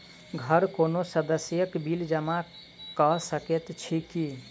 घरक कोनो सदस्यक बिल जमा कऽ सकैत छी की?